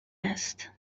است